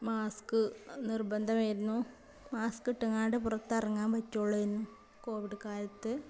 mask നിർബന്ധമായിരുന്നു mask കിട്ടങ്ങാണ്ട് പുറത്തിറങ്ങാൻ പറ്റുകയുള്ളായിരുന്നു കോവിഡ് കാലത്ത്